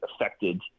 affected